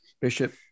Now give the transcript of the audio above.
bishop